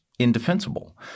indefensible